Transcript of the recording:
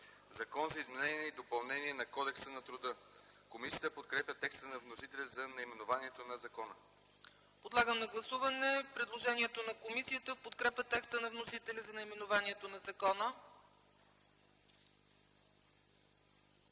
„Закон за изменение и допълнение на Кодекса на труда”. Комисията подкрепя текста на вносителя за наименованието на закона. ПРЕДСЕДАТЕЛ ЦЕЦКА ЦАЧЕВА: Подлагам на гласуване предложението на комисията в подкрепа текста на вносителя за наименованието на закона.